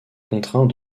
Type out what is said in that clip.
contraint